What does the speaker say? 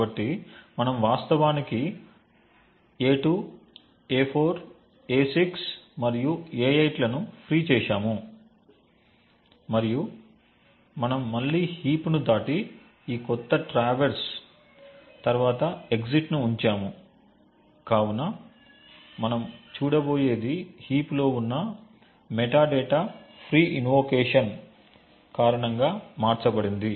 కాబట్టి మనం వాస్తవానికి a2 a4 a6 మరియు a8 లను ఫ్రీ చేశాము మరియు మనం మళ్ళీ హీప్ ను దాటి ఈ కొత్త ట్రావెర్స్ తర్వాత ఎగ్జిట్ను ఉంచాము కావున మనం చూడబోయేది హీప్ లో ఉన్న మెటాడేటా ఫ్రీ ఇన్వొకేషన్స్ కారణంగా మార్చబడింది